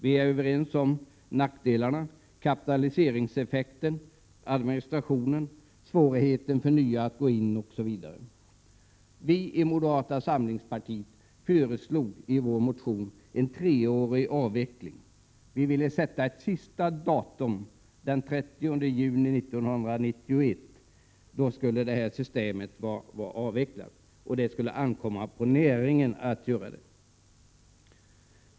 Vi är överens om nackdelarna: kapitaliseringseffekten, administrationen, svårigheten för nya jordbrukare att gå in osv. Vi i moderata samlingspartiet föreslog i vår motion en treårig avveckling. Vi ville sätta ett sista datum, den 30 juni 1991, då detta system skulle vara avvecklat. Det skulle ankomma på näringen att avveckla det.